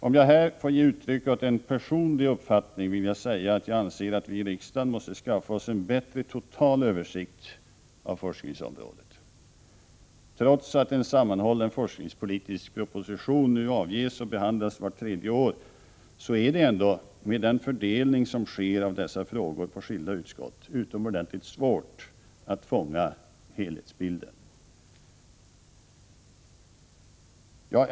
Om jag här får ge uttryck åt en personlig uppfattning vill jag säga att jag anser att vi i riksdagen måste skaffa oss en bättre total översikt av forskningsområdet. Trots att en sammanhållen forskningspolitisk proposition nu avges och behandlas vart tredje år är det ändå, med den fördelning som sker av dessa frågor på skilda utskott, utomordentligt svårt att fånga helhetsbilden.